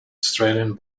australian